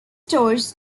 stores